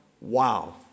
Wow